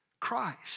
Christ